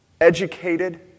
educated